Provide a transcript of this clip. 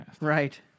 Right